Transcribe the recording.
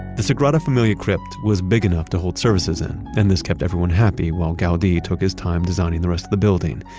the la sagrada familia crypt was big enough to hold services in and this kept everyone happy while gaudi took his time designing the rest of the building.